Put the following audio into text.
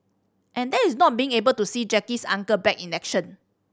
and that is not being able to see Jackie's Uncle back in action